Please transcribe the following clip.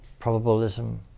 probabilism